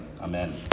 amen